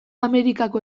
amerikako